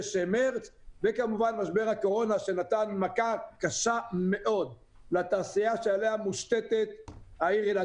כמובן משבר הקורונה שנתן מכה קשה מאוד לתעשייה שעליה מושתת העיר אילת.